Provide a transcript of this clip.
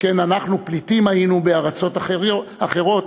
שכן אנחנו פליטים היינו בארצות אחרות,